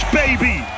baby